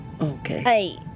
Okay